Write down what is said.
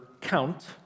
count